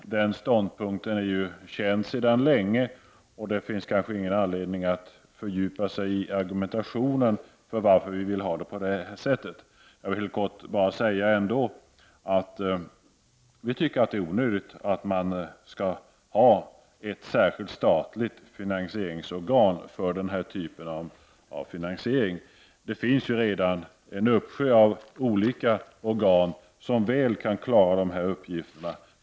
Den ståndpunkten är ju känd sedan länge, och det finns väl ingen anledning att fördjupa sig i argumentationen för vår ståndpunkt. Jag vill ändå kortfattat säga att vi tycker att det är onödigt att ha ett särskilt statligt finansieringsorgan för denna typ av finansiering. Det finns ju redan en uppsjö av olika organ som väl kan klara dessa uppgifter.